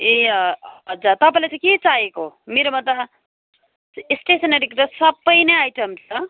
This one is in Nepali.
ए हजुर तपाईँलाई चाहिँ के चाहिएको मेरोमा त स्टेसनरीको त सबै नै आइटम छ